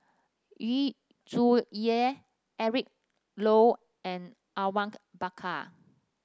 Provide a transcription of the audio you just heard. Yu Zhuye Eric Low and Awang Bakar